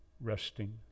resting